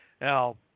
now